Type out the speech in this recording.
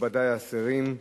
מכובדי השרים,